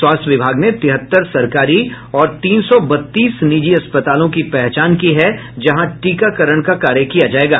स्वास्थ्य विभाग ने तिहत्तर सरकारी और तीन सौ बत्तीस निजी अस्पतालों की पहचान की है जहां टीकाकरण का कार्य किया जायेगा